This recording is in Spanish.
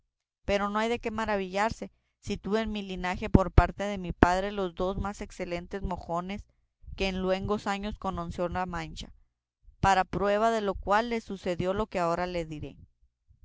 pero no hay de qué maravillarse si tuve en mi linaje por parte de mi padre los dos más excelentes mojones que en luengos años conoció la mancha para prueba de lo cual les sucedió lo que ahora diré